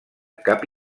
cap